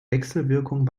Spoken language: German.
wechselwirkung